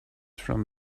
from